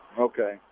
Okay